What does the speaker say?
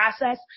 process